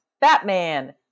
Batman